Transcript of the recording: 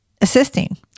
assisting